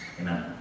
Amen